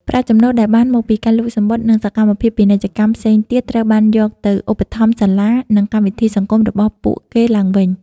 ប្រាក់ចំណូលដែលបានពីការលក់សំបុត្រ និងសកម្មភាពពាណិជ្ជកម្មផ្សេងទៀត ត្រូវបានយកទៅឧបត្ថម្ភសាលា និងកម្មវិធីសង្គមរបស់ពួកគេឡើងវិញ ។